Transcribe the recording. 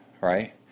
right